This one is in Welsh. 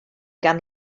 gan